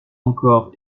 encore